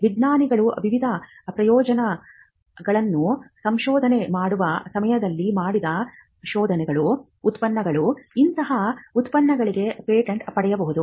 ವಿಜ್ಞಾನಿಗಳು ವಿವಿಧ ಪ್ರಯೋಗಾಲಯಗಳಲ್ಲಿ ಸಂಶೋಧನೆ ಮಾಡುವ ಸಮಯದಲ್ಲಿ ಮಾಡಿದ ಶೋಧನೆಯ ಉತ್ಪನ್ನಗಳು ಇಂತಹ ಉತ್ಪನ್ನಗಳಿಗೆ ಪೇಟೆಂಟ್ ಪಡೆಯಬಹುದು